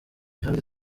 mihanda